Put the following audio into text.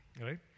right